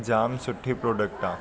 जाम सुठी प्रोडक्ट आहे